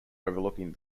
overlooking